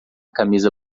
camisa